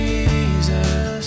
Jesus